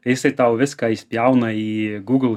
jisai tau viską išspjauna į google